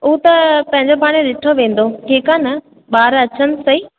उ त पंहिंजो पाणि ॾिठो वेंदो ठीकु आहे न ॿार अचनि सही